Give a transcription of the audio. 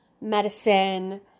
medicine